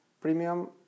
premium